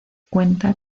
cuenta